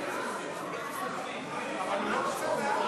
אדוני היושב-ראש,